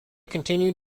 continued